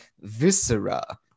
viscera